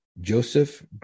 Joseph